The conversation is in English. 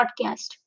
podcast